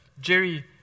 Jerry